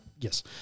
yes